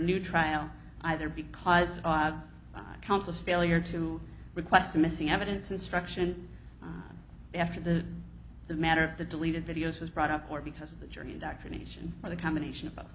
new trial either because i have counsel's failure to request missing evidence instruction after the the matter of the deleted videos was brought up or because of the jury indoctrination or the combination of